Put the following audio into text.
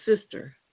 sister